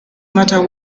matter